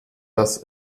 das